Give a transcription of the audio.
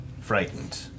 frightened